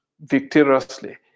victoriously